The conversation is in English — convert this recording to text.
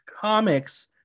comics